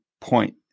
point